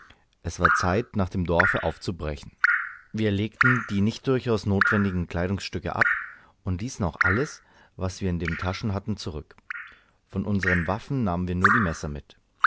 es war zeit nach dem dorfe aufzubrechen wir legten die nicht durchaus notwendigen kleidungsstücke ab und ließen auch alles was wir in den taschen hatten zurück von unsern waffen nahmen wir nur die messer mit